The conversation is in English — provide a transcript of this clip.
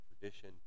tradition